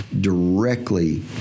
directly